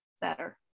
better